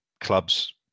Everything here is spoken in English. clubs